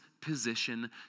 position